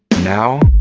now?